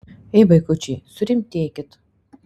ei vaikučiai surimtėkit